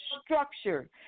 structure